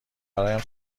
برایم